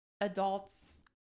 adults